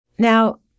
Now